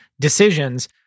decisions